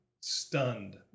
stunned